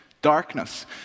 Darkness